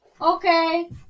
Okay